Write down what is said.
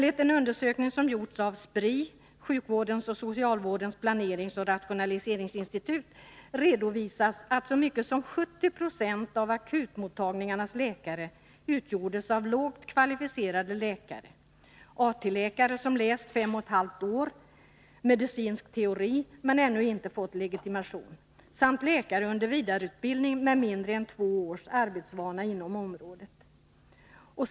I en undersökning som gjorts av SPRI, sjukvårdens och socialvårdens planeringsoch rationaliseringsinstitut, redovisas att så stor andel som 70 96 av akutmottagningarnas läkare utgjordes av lågt kvalificerade läkare — AT-läkare som fem och ett halvt år läst medicinsk teori men ännu inte fått legitimation — samt läkare under vidareutbildning med mindre än två års arbetsvana inom området.